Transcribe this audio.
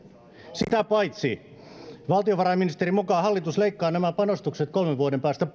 sitä paitsi valtionvarainministerin mukaan hallitus leikkaa nämä panostukset kolmen vuoden päästä